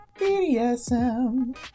BDSM